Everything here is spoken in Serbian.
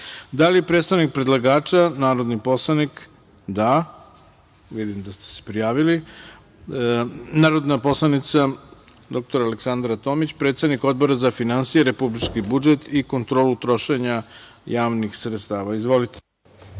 li predstavnik predlagača, narodni poslanik Aleksandra Tomić, želi reč? (Da)Narodna poslanica dr Aleksandra Tomić, predsednik Odbora za finansije, republički budžet i kontrolu trošenja javnih sredstava. Izvolite.